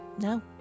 No